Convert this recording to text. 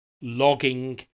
logging